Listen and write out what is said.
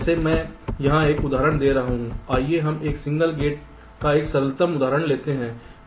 जैसे मैं यहाँ एक उदाहरण दे रहा हूँ आइए हम एक सिंगल गेट का एक सरलतम उदाहरण लेते हैं